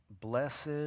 blessed